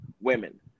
women